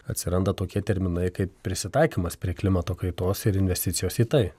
atsiranda tokie terminai kaip prisitaikymas prie klimato kaitos ir investicijos į tai